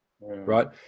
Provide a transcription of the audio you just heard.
right